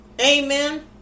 Amen